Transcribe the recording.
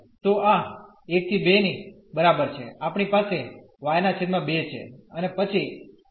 તો આ 1¿ 2 ની બરાબર છે આપણી પાસે y 2 છે અને પછી x2